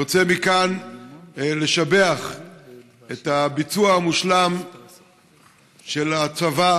אני רוצה לשבח מכאן את הביצוע המושלם של הצבא